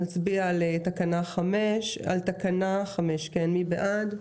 נצביע על סעיף 5, מי בעד?